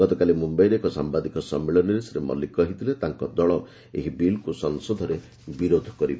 ଗତକାଲି ମ୍ରମ୍ୟାଇରେ ଏକ ସାମ୍ବାଦିକ ସମ୍ମିଳନୀରେ ଶ୍ରୀ ମଲିକ କହିଥିଲେ ତାଙ୍କ ଦଳ ଏହି ବିଲ୍କ୍ ସଂସଦରେ ବିରୋଧ କରିବ